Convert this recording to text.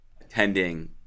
attending